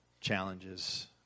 challenges